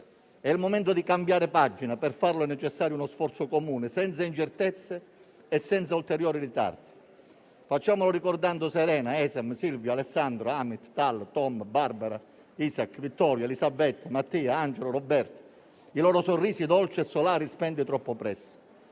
È il momento di cambiare pagina e per farlo è necessario uno sforzo comune, senza incertezze e ulteriori ritardi. Facciamolo ricordando Serena, Hesam, Silvia, Alessandro, Amit, Tal, Tom, Barbara, Itshak, Vittorio, Elisabetta, Mattia, Angelo e Roberto: i loro sorrisi dolci e solari spenti troppo presto.